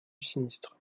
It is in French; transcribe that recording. sinistre